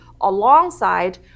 alongside